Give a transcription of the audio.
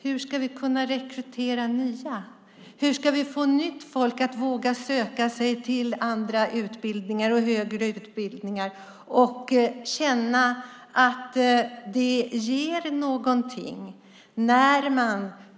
Hur ska vi kunna rekrytera nya? Hur ska vi få nytt folk att våga söka sig till högre utbildningar och andra utbildningar och känna att det ger någonting?